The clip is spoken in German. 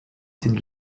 sind